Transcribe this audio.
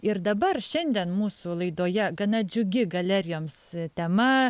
ir dabar šiandien mūsų laidoje gana džiugi galerijoms tema